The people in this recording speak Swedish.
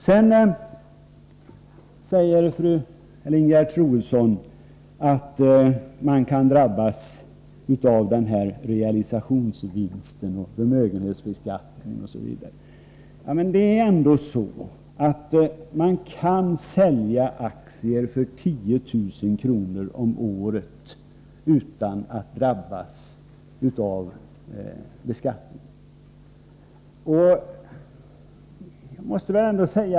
Sedan säger Ingegerd Troedsson att man kan drabbas av realisationsvinstoch förmögenhetsbeskattning osv. Men man kan ändå sälja aktier för 10 000 kr. om året utan att drabbas av beskattning.